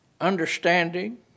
understanding